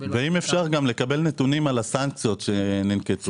ואם אפשר לקבל נתונים על הסנקציות שננקטו.